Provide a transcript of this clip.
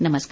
नमस्कार